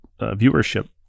viewership